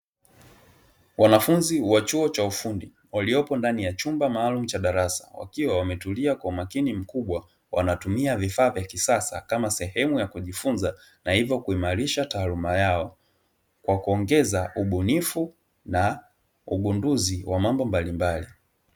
Wanafuzi wa chuo cha ufundi waliopo ndani ya chumba maalum cha darasa wakiwa wametulia kwa umakini mkubwa. Wanatumia vifaa vya kisasa kama sehemu ya kujifunza na ivyo kuimalisha taaluma yao, kwa kuongeza ubunifu na ugunduzi wa mambo mbalimbali.